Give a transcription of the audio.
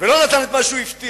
ולא נתן את מה שהוא הבטיח,